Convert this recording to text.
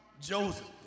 Joseph